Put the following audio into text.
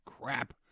crap